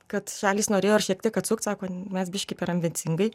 kad šalys norėjo ir šiek tiek atsukt sako mes biškį per ambicingai